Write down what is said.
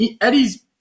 Eddie's